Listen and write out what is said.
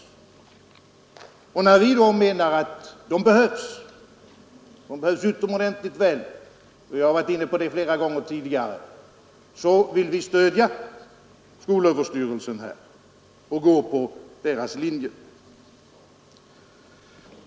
Eftersom vi menar att sådana behövs utomordentligt väl — vilket jag har varit inne på flera gånger tidigare — vill vi stödja skolöverstyrelsens linje i denna fråga.